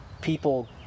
people